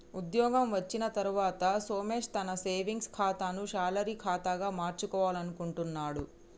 ఉద్యోగం వచ్చిన తర్వాత సోమేష్ తన సేవింగ్స్ ఖాతాను శాలరీ ఖాతాగా మార్చుకోవాలనుకుంటున్నడు